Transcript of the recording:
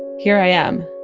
here i am.